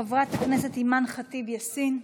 חברת הכנסת אימאן ח'טיב יאסין,